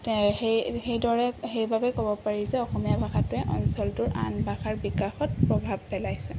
সেইদৰে সেইবাবে ক'ব পাৰি যে অসমীয়া ভাষাটোৱে অঞ্চলটোৰ আন ভাষাৰ বিকাশত প্ৰভাৱ পেলাইছে